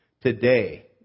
Today